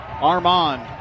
Armand